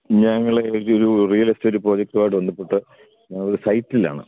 ഞങ്ങൾ ഒരു real estate പ്രജെക്ടുമായിട്ട് ബന്ധപ്പെട്ട് ഞങ്ങൾ സൈറ്റിലാണ്